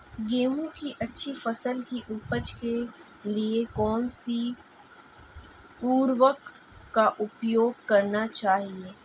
गेहूँ की अच्छी फसल की उपज के लिए कौनसी उर्वरक का प्रयोग करना चाहिए?